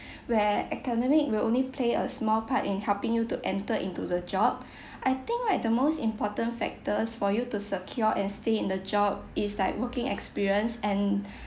where academic will only play a small part in helping you to enter into the job I think right the most important factors for you to secure and stay in the job is like working experience and